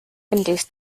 induced